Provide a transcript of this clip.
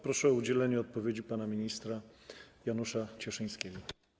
Proszę o udzielenie odpowiedzi pana ministra Janusza Cieszyńskiego.